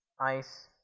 ice